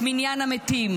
את מניין המתים.